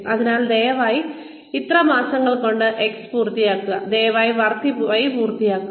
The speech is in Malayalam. അതിനാൽ ദയവായി ഇത്ര മാസങ്ങൾ കൊണ്ട് X പൂർത്തിയാക്കുക ദയവായി Y പൂർത്തിയാക്കുക